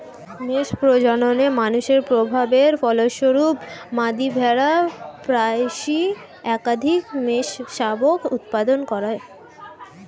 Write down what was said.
মেষ প্রজননে মানুষের প্রভাবের ফলস্বরূপ, মাদী ভেড়া প্রায়শই একাধিক মেষশাবক উৎপাদন করে